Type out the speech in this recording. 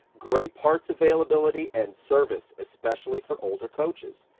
great parts availability and service, especially for older coaches.